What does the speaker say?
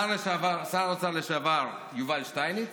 שר האוצר לשעבר יובל שטייניץ